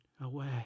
away